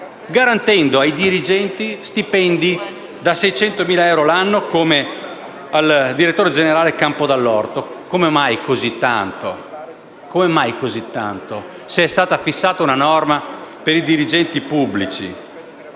garantendo ai dirigenti stipendi da 600.000 euro l'anno, come al direttore generale Campo Dall'Orto. Come mai così tanto? Come mai così tanto, se è stata fissata una norma per i dirigenti pubblici